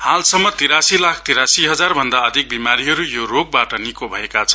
हालसम्म तिरासी लाख तिरासी हजार भन्दा अधिक विमारीहरु यो रोगबाट निको भएका छन्